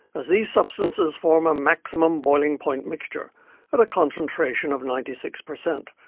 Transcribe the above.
as these substances form a maximum boiling point mixture at a concentration of ninety six percent